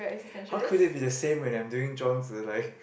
how could it be the same when I'm doing Zhuang-Zi